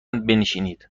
بنشینید